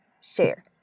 share